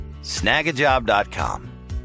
Snagajob.com